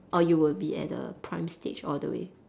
or you will be at the prime stage all the way